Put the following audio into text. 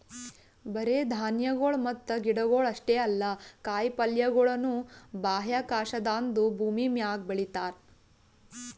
ಬರೇ ಧಾನ್ಯಗೊಳ್ ಮತ್ತ ಗಿಡಗೊಳ್ ಅಷ್ಟೇ ಅಲ್ಲಾ ಕಾಯಿ ಪಲ್ಯಗೊಳನು ಬಾಹ್ಯಾಕಾಶದಾಂದು ಭೂಮಿಮ್ಯಾಗ ಬೆಳಿತಾರ್